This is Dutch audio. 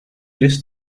rest